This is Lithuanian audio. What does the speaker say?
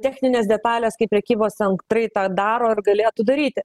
techninės detalės kaip prekybos centrai tą daro ar galėtų daryti